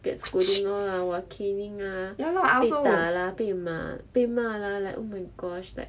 get scolding all lah !wah! caning ah 被打啦被马被骂啦 like oh my gosh like